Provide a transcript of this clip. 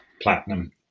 platinum